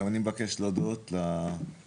גם אני מבקש להודות למשרד,